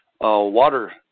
water